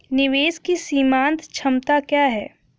निवेश की सीमांत क्षमता क्या है?